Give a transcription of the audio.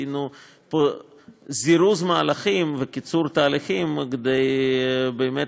עשינו פה זירוז מהלכים וקיצור תהליכים כדי באמת